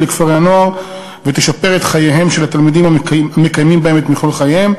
לכפרי-הנוער ותשפר את חייהם של התלמידים המקיימים בהם את מכלול חייהם.